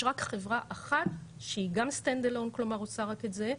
יש רק חברה אחת שהיא גם stand alone כלומר עושה רק את זה,